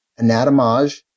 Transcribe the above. Anatomage